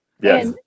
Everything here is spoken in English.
Yes